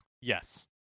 yes